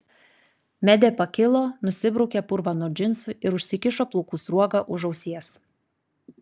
medė pakilo nusibraukė purvą nuo džinsų ir užsikišo plaukų sruogą už ausies